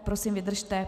Prosím, vydržte.